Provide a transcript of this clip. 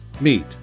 meet